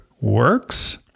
works